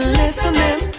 listening